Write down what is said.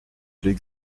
les